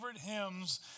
hymns